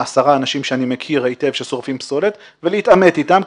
עשרה אנשים שאני מכיר היטב ששורפים פסולת ולהתעמת איתם,